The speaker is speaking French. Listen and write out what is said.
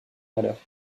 malheurs